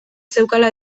zeukala